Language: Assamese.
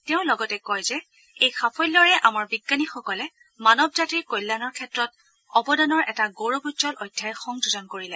তেওঁ লগতে কয় যে এই সাফল্যৰে আমাৰ বিজ্ঞানীসকলে মানৱ জাতিৰ কল্যাণৰ ক্ষেত্ৰত অৱদানৰ এটা গৌৰৱোজ্বল অধ্যায় সংযোজন কৰিলে